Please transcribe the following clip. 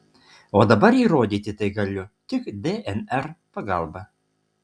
o dabar įrodyti tai galiu tik dnr pagalba